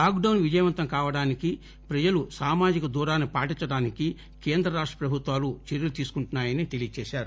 lock down విజయవంతం కావడానికి ప్రజలు సామాజిక దూరాన్సి పాటించడానికి కేంద్ర రాష్ట ప్రభుత్వాలు చర్యల తీసుకుంటున్నా యని చెప్పారు